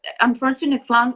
unfortunately